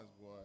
boy